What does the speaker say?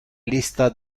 lista